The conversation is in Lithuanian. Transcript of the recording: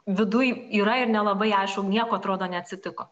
viduj yra ir nelabai aišku nieko atrodo neatsitiko